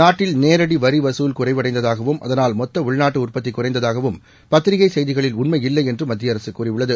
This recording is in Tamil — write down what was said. நாட்டில் நேரடி வரி வசூல் குறைவடைந்ததாகவும் அதனால் மொத்த உள்நாட்டு உற்பத்தி குறைந்ததாகவும் பத்திரிகை செய்திகளில் உண்மையில்லை என்று மத்திய அரசு கூறியுள்ளது